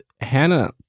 Hannah